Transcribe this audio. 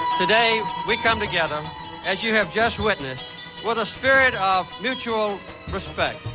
today, we come together as you have just witnessed with a spirit of mutual respect,